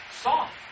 soft